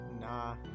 nah